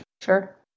Sure